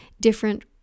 different